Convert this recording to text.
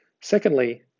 Secondly